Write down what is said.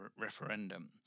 referendum